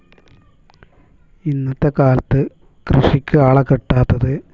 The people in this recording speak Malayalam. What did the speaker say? ഇന്നത്തെക്കാലത്ത് കൃഷിക്ക് ആളെ കിട്ടാത്തത്